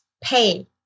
pay